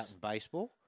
baseball